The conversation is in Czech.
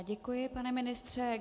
Děkuji, pane ministře.